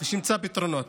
שימצא פתרונות.